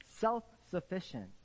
self-sufficient